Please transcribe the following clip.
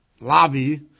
lobby